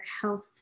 health